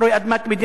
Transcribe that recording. איזו מדינה?